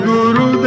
Guru